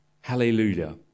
Hallelujah